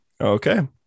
Okay